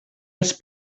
els